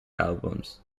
albums